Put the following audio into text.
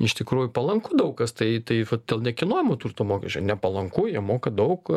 iš tikrųjų palanku daug kas tai tai dėl nekilnojamo turto mokesčio nepalanku jie moka daug